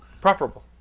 Preferable